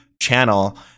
channel